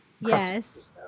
Yes